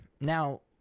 Now